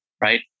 right